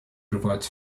provides